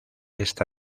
esta